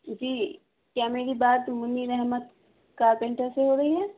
جی کیا میری بات منیر احمد کارپینٹر سے ہو رہی ہے